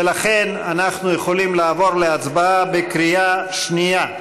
ולכן אנחנו יכולים לעבור להצבעה בקריאה שנייה.